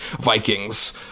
Vikings